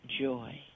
joy